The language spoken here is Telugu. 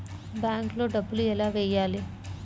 బ్యాంక్లో డబ్బులు ఎలా వెయ్యాలి?